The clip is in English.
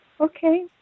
Okay